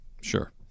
Sure